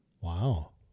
wow